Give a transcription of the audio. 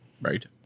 Right